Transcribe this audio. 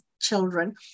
children